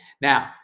Now